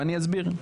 ואני אסביר.